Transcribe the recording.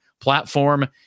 platform